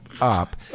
up